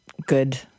good